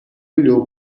olhou